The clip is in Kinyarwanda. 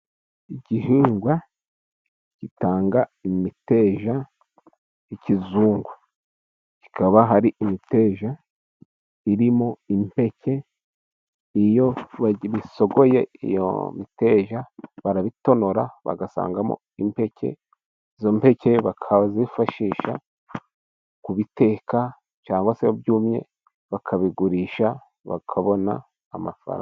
Igihingwa gitanga imiteja ikizungu, hakaba hari imiteja irimo impeke. Iyo babisogoye iyo miteja barabitonora bagasangamo impeke, izo mpeke bakazifashisha mu kubiteka cyangwa se byumye bakabigurisha bakabona amafaranga.